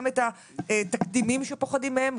גם את התקדימים שפוחדים מהם,